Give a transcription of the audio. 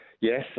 Yes